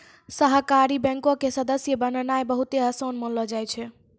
सहकारी बैंको के सदस्य बननाय बहुते असान मानलो जाय छै